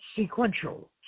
sequential